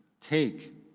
Take